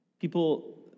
People